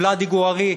לוולאדי גור-ארי,